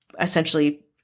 essentially